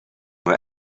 more